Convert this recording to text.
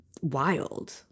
Wild